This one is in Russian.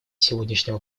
сегодняшнего